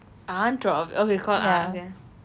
aunt rob~ oh they called aunt